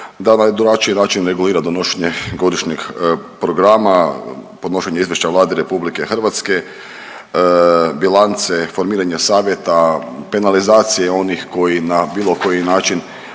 da na drugačiji način regulira donošenje godišnjeg programa, podnošenja izvješća Vladi RH, bilance, formiranje savjeta, penalizacije onih koji na bilo koji način